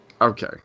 Okay